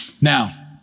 Now